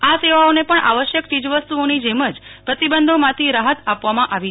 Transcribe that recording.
આ સેવાઓને પણ આવશ્યક ચીજવસ્તુઓની જેમ જ પ્રતિબંધોમાંથી રાહત આપવામાં આવી છે